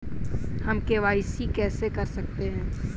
हम के.वाई.सी कैसे कर सकते हैं?